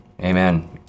Amen